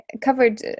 covered